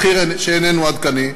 מחיר שאיננו עדכני.